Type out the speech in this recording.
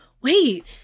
wait